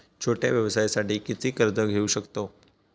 छोट्या व्यवसायासाठी किती कर्ज घेऊ शकतव?